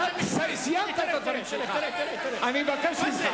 אני רוצה לסיים,